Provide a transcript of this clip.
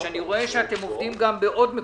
ואני רואה שאתם עובדים גם בעוד מקומות,